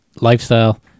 lifestyle